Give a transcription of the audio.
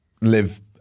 live